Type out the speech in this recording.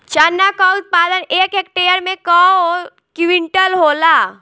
चना क उत्पादन एक हेक्टेयर में कव क्विंटल होला?